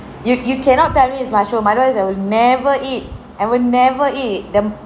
you you cannot tell me it's mushroom otherwise I'll never eat I will never eat them